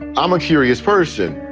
i'm a curious person,